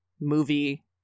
movie